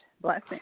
Blessing